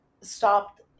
stopped